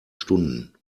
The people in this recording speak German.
stunden